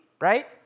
right